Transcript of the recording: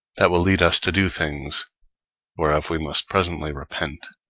that will lead us to do things whereof we must presently repent.